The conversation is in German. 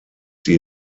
sie